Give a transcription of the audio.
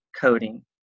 coding